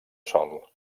sol